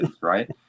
Right